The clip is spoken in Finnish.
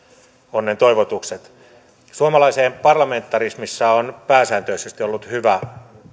onnentoivotukset suomalaisessa parlamentarismissa on pääsääntöisesti ollut hyvä